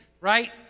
right